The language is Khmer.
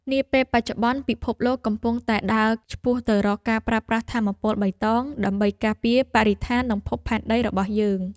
នាពេលបច្ចុប្បន្នពិភពលោកកំពុងតែដើរឆ្ពោះទៅរកការប្រើប្រាស់ថាមពលបៃតងដើម្បីការពារបរិស្ថាននិងភពផែនដីរបស់យើង។